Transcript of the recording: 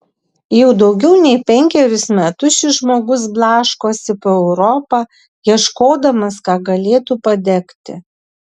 jau daugiau nei penkerius metus šis žmogus blaškosi po europą ieškodamas ką galėtų padegti